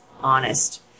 honest